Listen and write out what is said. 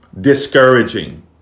discouraging